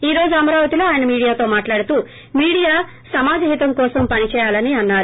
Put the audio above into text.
ఈ రోజు అమరావతిలో ఆయన మీడియాతో మాట్లాడుతూ మీడియా సమాజ హితం కోసం పని చేయాలని అన్నారు